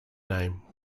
name